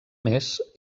més